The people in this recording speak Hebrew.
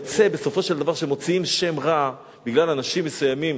יוצא בסופו של דבר שמוציאים שם רע בגלל אנשים מסוימים